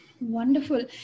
Wonderful